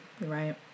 Right